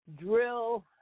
drill